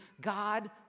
God